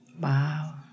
Wow